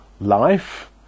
Life